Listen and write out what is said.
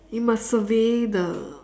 you must survey the